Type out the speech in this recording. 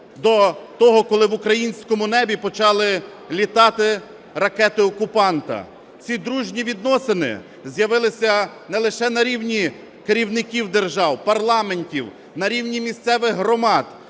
до того, коли в українському небі почали літати ракети окупанта. Ці дружні відносини з'явилися не лише на рівні керівників держав, парламентів, на рівні місцевих громад